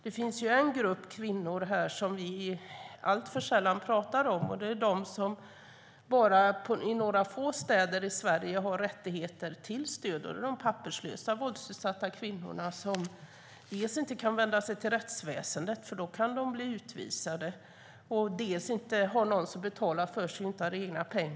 Det finns en grupp kvinnor som vi alltför sällan talar om och som bara i några få städer har rätt till stöd, och det är de papperslösa våldsutsatta kvinnorna. De kan dels inte vända sig till rättsväsendet för då kan de bli utvisade, dels har de ingen som betalar för dem och inte heller har de egna pengar.